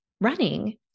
running